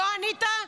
לא ענית,